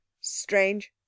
Strange